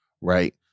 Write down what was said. right